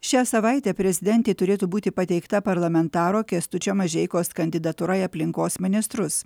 šią savaitę prezidentei turėtų būti pateikta parlamentaro kęstučio mažeikos kandidatūra į aplinkos ministrus